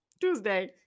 Tuesday